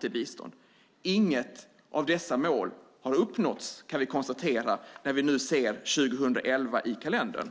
till bistånd. Inget av dessa mål har uppnåtts, kan vi konstatera när vi nu ser 2011 i kalendern.